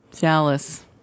Dallas